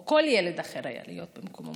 או כל ילד אחר היה יכול להיות במקומו.